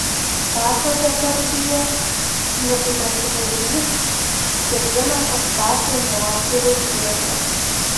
sako depardjė nu kai prasiblaivys ketina kažką filmuoti rusijoje